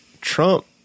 Trump